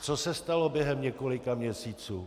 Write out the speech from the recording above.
Co se stalo během několika měsíců?